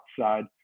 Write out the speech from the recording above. outside